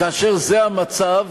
כאשר זה המצב,